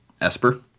Esper